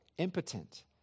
Impotent